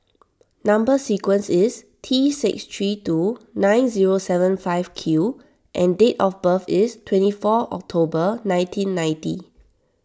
Number Sequence is T six three two nine zero seven five Q and date of birth is twenty four October nineteen ninety